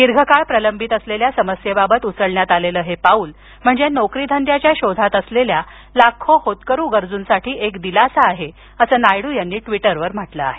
दीर्घकाळ प्रलंबित असलेल्या समस्येबाबत उचलण्यात आलेलं हे पाऊल म्हणजे नोकरी धंद्याच्या शोधात असलेल्या लाखो होतकरू गरजूंसाठी एक दिलासा आहे असं नायडू यांनी ट्वीटरवर म्हटलं आहे